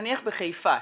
נניח בחיפה,